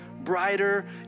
brighter